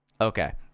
Okay